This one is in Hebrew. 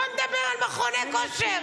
בואו נדבר על מכוני כושר.